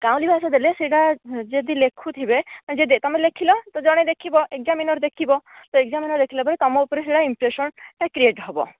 ଗାଉଁଲି ଭାଷା ଦେଲେ ସେହିଟା ଯଦି ଲେଖୁଥିବେ ଯିଏ ତମେ ଲେଖିଲ ତ ଜଣେ ଦେଖିବ ଏକ୍ଜାମିନାର ଦେଖିବ ତ ଏକ୍ଜାମିନାର ଦେଖିଲା ପରେ ତମ ଉପରେ ସେହିଟା ଇମ୍ପ୍ରେସନ ଟା କ୍ରିଏଟ ହେବ